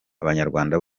abanyarwanda